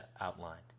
outlined